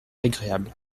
agréable